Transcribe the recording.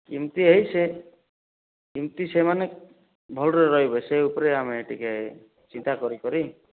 କେମିତି ହେଇ ସେ କେମିତି ସେମାନେ ଭଲରେ ରହିବେ ସେଇ ଉପରେ ଆମେ ଟିକିଏ ଚିନ୍ତା କରି କରି